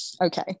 Okay